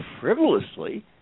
frivolously